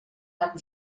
amb